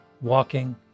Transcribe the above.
walking